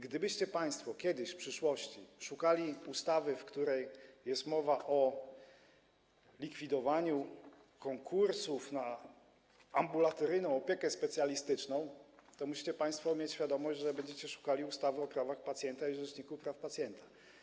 Gdybyście państwo kiedyś, w przyszłości, szukali ustawy, w której jest mowa o likwidowaniu konkursów na ambulatoryjną opiekę specjalistyczną, to musicie państwo mieć świadomość, że będziecie szukali ustawy o prawach pacjenta i Rzeczniku Praw Pacjenta.